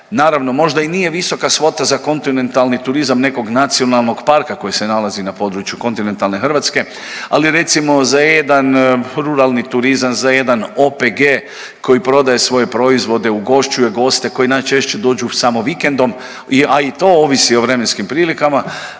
naravno možda i nije visoka svota za kontinentalni turizam nekog nacionalnog parka koji se nalazi na području kontinentalne Hrvatske, ali recimo za jedan ruralni turizam, za jedan OPG koji prodaje svoje proizvode, ugošćuje goste koji najčešće dođu samo vikendom, a i to ovisi o vremenskim prilikama,